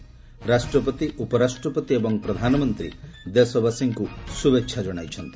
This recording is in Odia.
ରାଷ୍ଟ୍ରପତି ଉପରାଷ୍ଟ୍ରପତି ଏବଂ ପ୍ରଧାନମନ୍ତ୍ରୀ ଦେଶବାସୀଙ୍କୁ ଶୁଭେଚ୍ଛା ଜଣାଇଛନ୍ତି